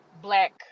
black